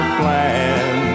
plan